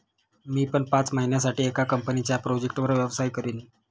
मी पण पाच महिन्यासाठी एका कंपनीच्या प्रोजेक्टवर व्यवसाय करीन